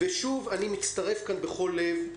ושוב, אני מצטרף כאן בכל לב לדברים.